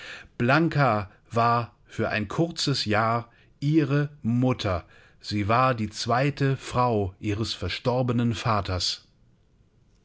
blanka war für ein kurzes jahr ihre mutter sie war die zweite frau ihres verstorbenen vaters